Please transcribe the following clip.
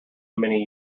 many